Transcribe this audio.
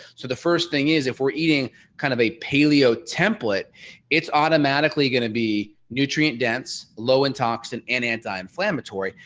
so the first thing is if we're eating kind of a paleo template it's automatically going to be nutrient dense low and toxin and anti inflammatory.